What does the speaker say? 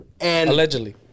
Allegedly